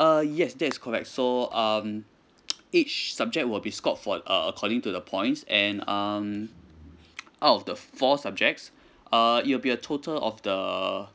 uh yes that is correct so um each subject will be scored for uh according to the points and um out of the four subjects uh it will be a total of the